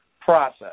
process